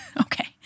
Okay